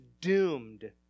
doomed